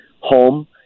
home